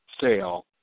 sale